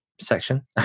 section